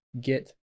get